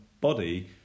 body